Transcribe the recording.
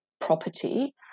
property